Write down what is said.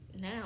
now